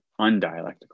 undialectical